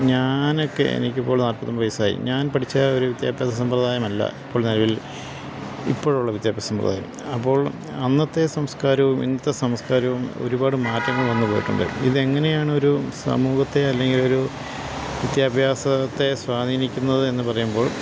ഞാനൊക്കെ എനിക്കിപ്പോൾ നാൽപ്പത്തൊമ്പത് വസ്സായി ഞാൻ പഠിച്ച ഒരു വിദ്യാഭ്യാസ സമ്പ്രദായമല്ല ഇപ്പോൾ നിലവിൽ ഇപ്പോഴുള്ള വിദ്യാഭ്യാസമ്പ്രദായം അപ്പോൾ അന്നത്തെ സംസ്കാരവും ഇന്നത്തെ സംസ്കാരവും ഒരുപാട് മാറ്റങ്ങൾ വന്നുപോയിട്ടുണ്ട് ഇതെങ്ങനെയാണ് ഒരു സമൂഹത്തെ അല്ലെങ്കിൽ ഒരു വിദ്യാഭ്യാസത്തെ സ്വാധീനിക്കുന്നത് എന്നു പറയുമ്പോൾ